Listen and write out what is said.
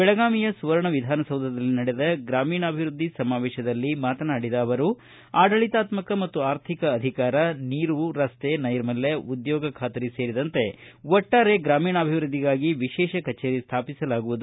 ಬೆಳಗಾವಿಯ ಸುವರ್ಣ ವಿಧಾನಸೌಧದಲ್ಲಿ ನಡೆದ ಗ್ರಾಮೀಣಾಭಿವೃದ್ಧಿ ಸಮಾವೇಶದಲ್ಲಿ ಮಾತನಾಡಿದ ಅವರು ಆಡಳಿತಾತ್ಕಕ ಮತ್ತು ಆರ್ಥಿಕ ಅಧಿಕಾರ ನೀರು ರಸ್ತೆ ನೈರ್ಮಲ್ಯ ಉದ್ಯೋಗ ಬಾತ್ರಿ ಸೇರಿದಂತೆ ಒಟ್ಟಾರೆ ಗ್ರಾಮೀಣಾಭಿವೃದ್ದಿಗಾಗಿ ವಿಶೇಷ ಕಚೇರಿ ಸ್ವಾಪಿಸಲಾಗುವುದು